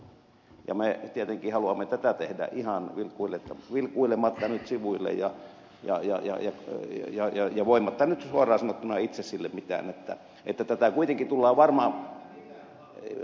ja me tietenkin haluamme tätä tehdä ihan vilkuilematta nyt sivuille ja voimatta nyt suoraan sanottuna itse sille mitään että tätä kuitenkin tullaan varmaan